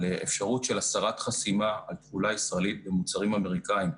אפשרות של הסרת חסימה על תכולה ישראלית במוצרים אמריקאים.